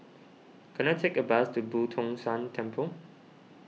can I take a bus to Boo Tong San Temple